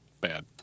bad